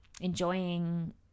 enjoying